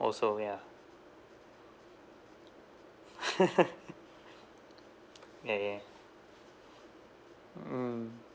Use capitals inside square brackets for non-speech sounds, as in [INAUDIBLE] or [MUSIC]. also ya [LAUGHS] ya ya mm